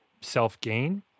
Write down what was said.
self-gain